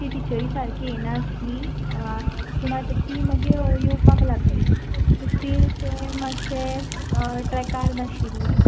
ती टिचर सारकी येयनासली पूण आतां ती मागीर येवपाक लागली सो स्टील तें मात्शें ट्रेकार नाशिल्लें